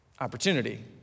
opportunity